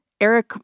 Eric